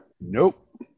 Nope